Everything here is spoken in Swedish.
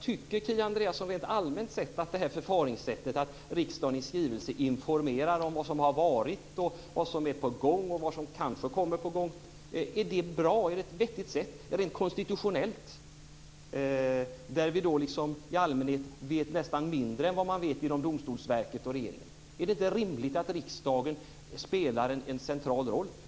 Tycker Kia Andreasson rent allmänt sett att förfaringssättet att riksdagen i skrivelse informeras om vad som har varit, vad som är på gång och vad som kanske är på gång är bra? Är det ett vettigt sätt rent konstitutionellt? Vi vet i allmänhet nästan mindre än vad man vet inom Domstolsverket och regeringen. Är det inte rimligt att riksdagen spelar en central roll?